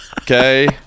Okay